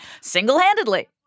single-handedly